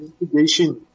investigation